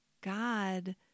God